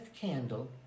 candle